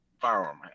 firearm